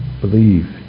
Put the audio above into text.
Believe